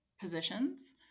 positions